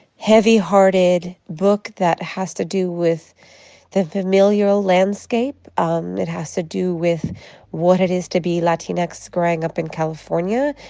heavy-hearted book that has to do with the familial landscape. um it has to do with what it is to be latinx growing up in california.